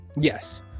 Yes